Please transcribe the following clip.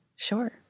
Sure